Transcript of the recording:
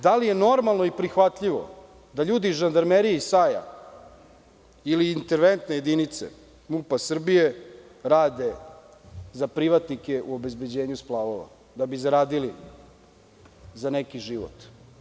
Da li je normalno i prihvatljivo da ljudi iz Žandarmerije i SAJ ili Interventne jedinice MUP Srbije rade za privatnike u obezbeđenju splavova, da bi zaradili za neki život?